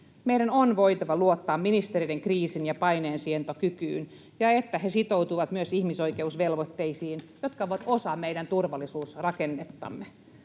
Meidän on voitava luottaa ministerien kriisin- ja paineensietokykyyn ja siihen, että he sitoutuvat myös ihmisoikeusvelvoitteisiin, jotka ovat osa meidän turvallisuusrakennettamme.